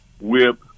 whip